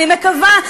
אני מקווה,